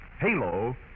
Halo